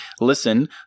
listen